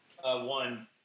one